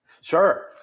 Sure